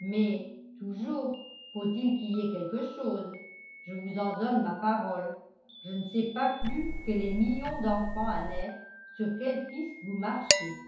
mais toujours faut-il qu'il y ait quelque chose je vous en donne ma parole je ne sais pas plus que les millions d'enfants à naître sur quelle piste vous marchez